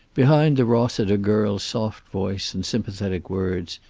behind the rossiter girl's soft voice and sympathetic words,